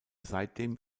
seitdem